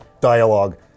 dialogue